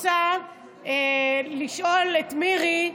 אני רוצה לשאול את מירי,